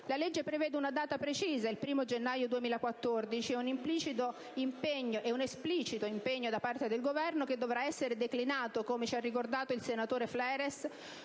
La legge prevede una data precisa, il 1° gennaio 2014, e un esplicito impegno da parte del Governo che dovrà essere declinato, come ci ha ricordato il senatore Fleres,